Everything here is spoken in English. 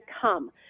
come